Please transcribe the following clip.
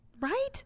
Right